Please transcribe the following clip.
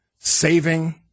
saving